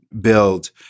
build